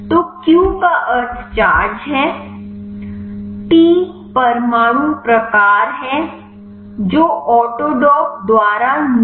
तो क्यू का अर्थ चार्ज है टी परमाणु प्रकार है जो ऑटोडॉक द्वारा निर्दिष्ट है